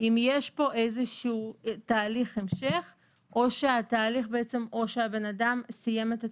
אם יש איזשהו תהליך המשך או שהבן אדם סיים את הטיפולים.